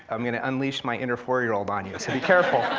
i'm gonna unleash my inner four year old on you, so be careful.